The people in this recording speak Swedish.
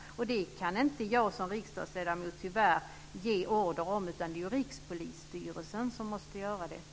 Detta kan tyvärr inte jag som riksdagsledamot ge order om, utan det är Rikspolisstyrelsen som måste göra det.